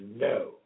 no